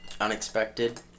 unexpected